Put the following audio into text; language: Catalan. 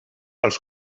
als